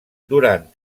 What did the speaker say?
durant